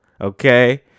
Okay